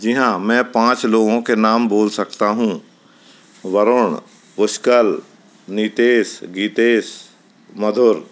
जी हाँ मैं पाँच लोगों के नाम बोल सकता हूँ वरुण नितेश गीतेश मधुर